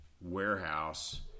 warehouse